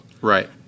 Right